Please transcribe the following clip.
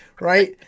right